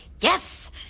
Yes